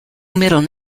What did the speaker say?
middle